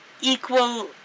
equal